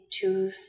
two